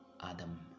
Adam